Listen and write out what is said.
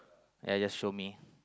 ya just show me